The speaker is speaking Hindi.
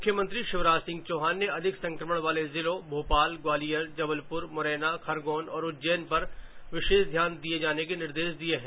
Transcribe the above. मुख्यमंत्री शिवराज सिंह चौहान ने अधिक संक्रमण वाले जिलों भोपाल ग्वालियर जबलपुर मुरैना खरगौन और उज्जैन पर विशेष ध्यान दिए जाने के निर्देश दिए हैं